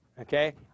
Okay